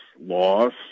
loss